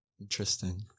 Interesting